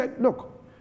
Look